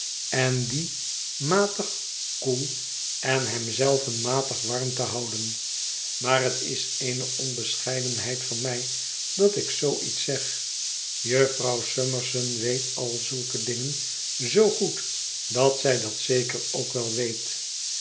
en die matig koel en hem zelven matig warm te houden maar het is eene onbescheidenheid van mij dat ik zoo iets zeg jufvrouw summerson weet al zulke dingen zoo goed dat zij dat zeker ook wel weet